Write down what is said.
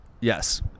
Yes